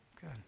good